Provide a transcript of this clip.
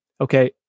Okay